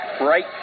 right